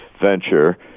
venture